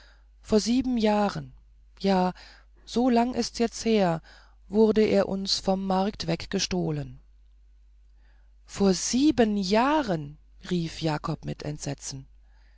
vor sieben jahren ja so lange ist's jetzt her wurde er uns vom markt weg gestohlen vor sieben jahren rief jakob mit entsetzen